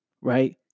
Right